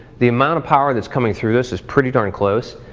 the amount of power that's coming through this is pretty darn close,